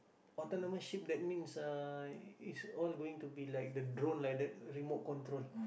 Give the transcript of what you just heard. autonomous ship that means uh it's all going to be like the drone like that remote control